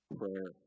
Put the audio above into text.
prayer